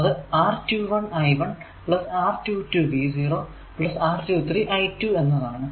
അത് r21 I1 r22 V0 r23 I2 എന്നതാണ്